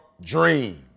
dream